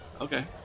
okay